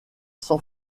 san